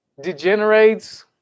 degenerates